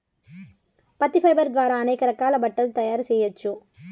పత్తి ఫైబర్ ద్వారా అనేక రకాల బట్టలు తయారు చేయచ్చు